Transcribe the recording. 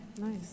Nice